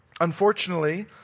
Unfortunately